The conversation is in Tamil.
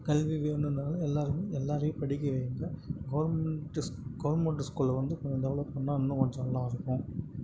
கல்வி வேணும்னாலும் எல்லோருக்கும் எல்லோரையும் படிக்க வைக்க கவர்மெண்ட்டு ஸ் கவர்மெண்ட்டு ஸ்கூலை வந்து அப்புறம் டெவெலப் பண்ணிணா இன்னும் கொஞ்சம் நல்லா இருக்கும்